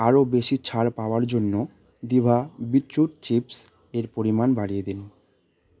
আরও বেশি ছাড় পাওয়ার জন্য দিভা বিটরুট চিপস এর পরিমাণ বাড়িয়ে দিন